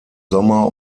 sommer